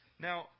Now